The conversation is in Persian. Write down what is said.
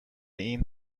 این